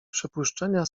przypuszczenia